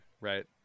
right